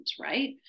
Right